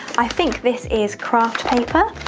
i think this is kraft paper.